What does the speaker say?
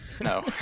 No